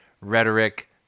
rhetoric